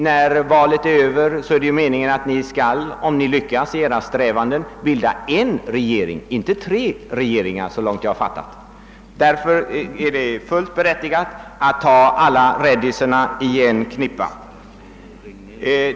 När valet är över är det meningen att ni, om ni lyckas i era strävanden, skall bilda en regering, inte tre, såvitt jag har förstått. Därför är det fullt berättigat att ta alla rädisorna i en knippa.